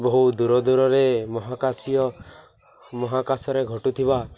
ବହୁ ଦୂର ଦୂରରେ ମହାକାଶୀୟ ମହାକାଶରେ ଘଟୁଥିବା